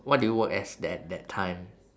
what did you work as that that time